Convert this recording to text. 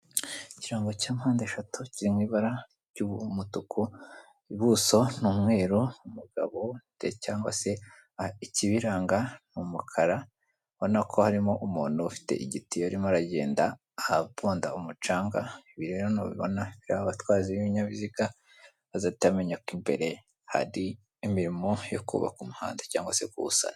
Ikirango cya mpande eshatu kirimo ibara ry'umutuku, ubuso n'umweru, umugabo cyangwa se, ikibiranga umukara urabona ko harimo umuntu ufite igiti yarimo aragenda ahaponda umucanga. Ibi rero nubibona bi abatwazi b'ibinyabiziga bazahite bamenya ko imbere hari imirimo yo kubaka umuhanda, cyangwa se kuwusana.